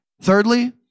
Thirdly